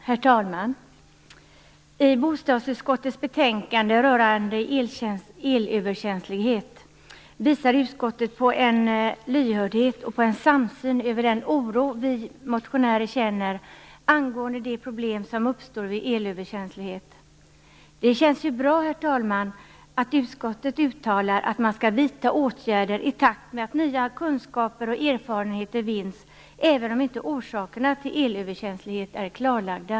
Herr talman! I sitt betänkande rörande elöverkänslighet visar bostadsutskottet på en lyhördhet och en samsyn vad gäller den oro som vi motionärer känner för de problem som uppstår vid elöverkänslighet. Det känns bra, herr talman, att utskottet uttalar att man skall vidta åtgärder i takt med att nya kunskaper och erfarenheter vinns, även om orsakerna till elöverkänslighet inte är klarlagda.